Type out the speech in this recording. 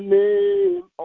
name